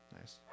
Nice